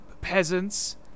peasants